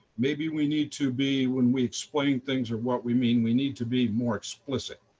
maybe we need to be when we explain things of what we mean, we need to be more explicit